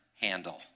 handle